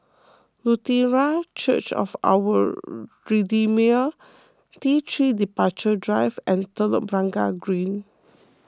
Lutheran Church of Our Redeemer T three Departure Drive and Telok Blangah Green